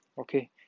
okay